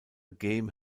game